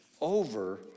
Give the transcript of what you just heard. over